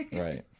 Right